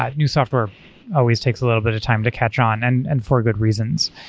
ah new software always takes a little bit of time to catch on and and for good reasons,